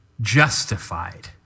justified